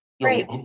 Great